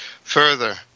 Further